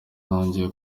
nongeye